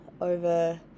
over